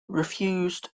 refused